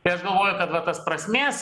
tai aš galvoju kad va tas prasmės